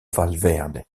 valverde